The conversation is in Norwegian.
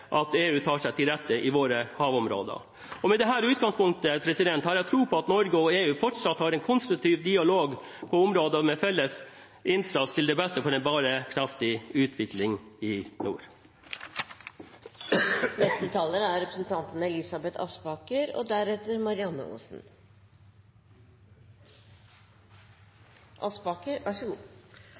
at EU tar seg til rette i våre havområder. Med dette utgangspunktet har jeg tro på at Norge og EU fortsatt har en konstruktiv dialog på områder med felles innsats, til det beste for en bærekraftig utvikling i nord. I tider med sikkerhetspolitisk turbulens blir internasjonalt samarbeid enda viktigere. Som EØS- og